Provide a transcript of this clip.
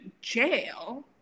jail